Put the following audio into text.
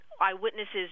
eyewitnesses